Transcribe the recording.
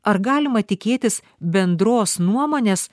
ar galima tikėtis bendros nuomonės